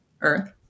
Earth